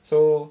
so